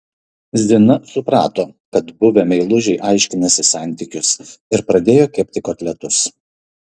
zina suprato kad buvę meilužiai aiškinasi santykius ir pradėjo kepti kotletus